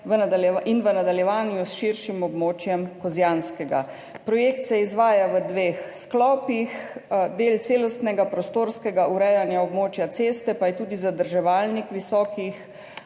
in v nadaljevanju s širšim območjem Kozjanskega. Projekt se izvaja v dveh sklopih, del celostnega prostorskega urejanja območja ceste pa je tudi zadrževalnik visokih